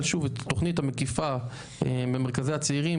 אבל שוב את התוכנית המקיפה במרכזי הצעירים,